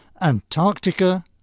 Antarctica